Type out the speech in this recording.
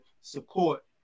support